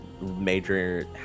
major